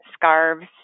scarves